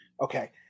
Okay